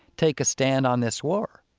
take a stand on this war.